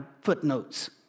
footnotes